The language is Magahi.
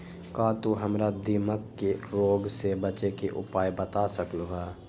का तू हमरा दीमक के रोग से बचे के उपाय बता सकलु ह?